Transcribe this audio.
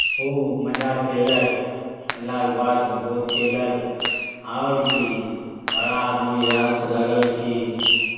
खूब मजा कयलक अयलाके बाद भोज कयलक आओर की बड़ा आदमी रहय तऽ लागल कि